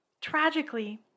Tragically